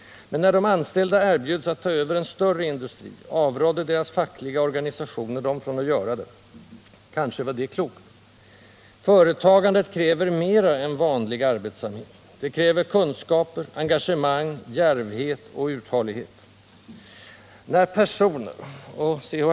Men när de anställda erbjöds att ta över en större industri, avrådde deras fackliga organisationer dem från att göra det. Kanske var det klokt. Företagande kräver mera än vanlig arbetsamhet, det kräver kunskaper, engagemang, djärvhet och uthållighet. När personer — C.-H.